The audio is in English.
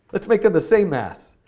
let's make them the same mass.